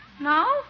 No